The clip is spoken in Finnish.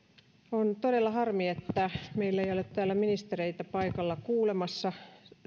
on todella harmi että meillä ei ole täällä ministereitä paikalla kuulemassa